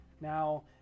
Now